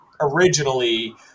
originally